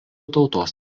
tautos